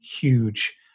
huge